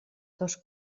dos